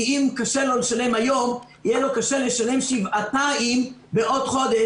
כי אם קשה לו לשלם היום יהיה לו קשה שבעתיים לשלם בעוד חודש,